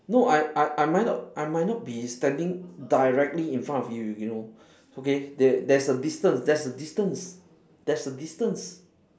no I I I might not be I might not be standing directly in front of you you know okay there there's a distance there's a distance there's a distance